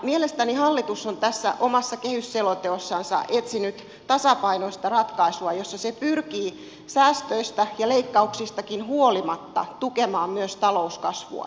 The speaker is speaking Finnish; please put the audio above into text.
mielestäni hallitus on tässä omassa kehysselonteossansa etsinyt tasapainoista ratkaisua jossa se pyrkii säästöistä ja leikkauksistakin huolimatta tukemaan myös talouskasvua